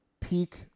peak